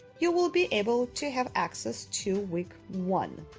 you will be able to have access to week one.